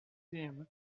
him